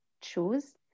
choose